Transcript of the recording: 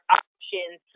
options